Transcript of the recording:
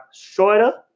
shorter